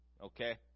Okay